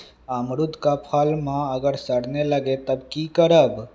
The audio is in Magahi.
अमरुद क फल म अगर सरने लगे तब की करब?